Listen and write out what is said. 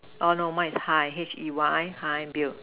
uh no mine is hi H E Y hi Bill